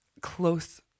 close